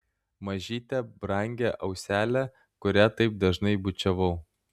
mažytę brangią auselę kurią taip dažnai bučiavau